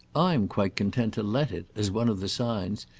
i'm quite content to let it, as one of the signs,